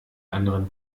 anderen